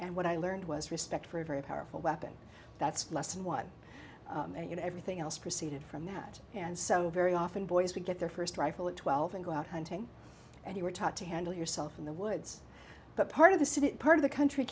and what i learned was respect for a very powerful weapon that's less than one and you know everything else proceeds from that and so very often boys would get their first rifle at twelve and go out hunting and you were taught to handle yourself in the woods but part of the city part of the country